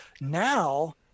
now